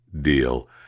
deal